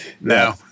no